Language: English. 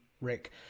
Rick